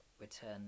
return